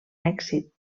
èxit